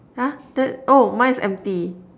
!huh! that oh mine is empty